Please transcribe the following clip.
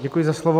Děkuji za slovo.